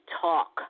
talk